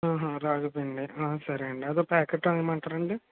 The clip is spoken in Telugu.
అహ రాగి పిండి సరే అండి అది ఒక ప్యాకెట్ ఇవ్వమంటారా అండి